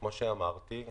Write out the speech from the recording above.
כמו שאמרתי.